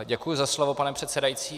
Děkuji za slovo, pane předsedající.